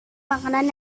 makanan